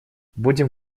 будем